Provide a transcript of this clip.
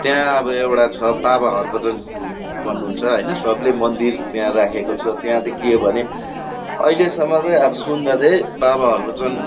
त्यहाँ अब एउटा छ बाबा हरभजन भन्नु हुन्छ होइन सबले मन्दिर त्यहाँ राखेको छ त्यहाँ चाहिँ के भने अहिलेसम्म चाहिँ अब सुन्दा चाहिँ बाबा हरभजन